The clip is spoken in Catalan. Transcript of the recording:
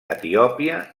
etiòpia